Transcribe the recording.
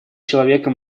человеком